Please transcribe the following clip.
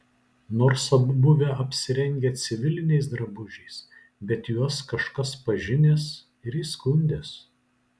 nors abu buvę apsirengę civiliniais drabužiais bet juos kažkas pažinęs ir įskundęs